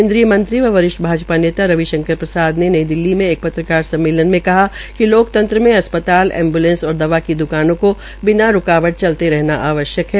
केन्द्रीय मंत्री व वरिष्ठ भाजपा नेता रविशंकर प्रसाद ने नई दिल्ली में एक पत्रकार सम्मेलन में कहा कि लोकतंत्र में अस्पताल एंब्लेंस और दवा की द्वानों को बिना रूकावट चलते रहा आवश्यक है